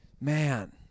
Man